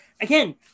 again